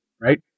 right